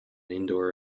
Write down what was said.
indoor